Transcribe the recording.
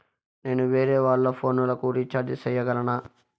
నేను వేరేవాళ్ల ఫోను లకు రీచార్జి సేయగలనా?